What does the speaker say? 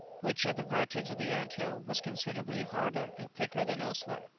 which at the vertex of the ant-hill was considerably harder and thicker than elsewhere.